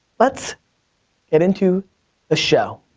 let's get into the show.